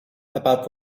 about